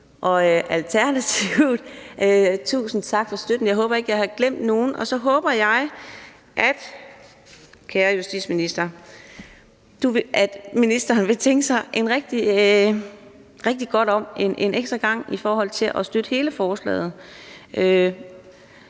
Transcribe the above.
og Alternativet sige tusind tak for støtten, jeg håber ikke, jeg har glemt nogen, og så håber jeg, kære justitsminister, at ministeren vil tænke sig rigtig godt om en ekstra gang og så støtte hele forslaget.